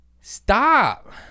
Stop